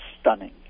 stunning